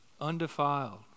undefiled